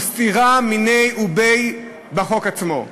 הוא סתירה מיניה וביה בחוק עצמו.